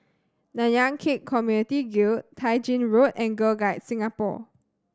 Nanyang Khek Community Guild Tai Gin Road and Girl Guides Singapore